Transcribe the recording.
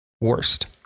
worst